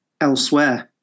elsewhere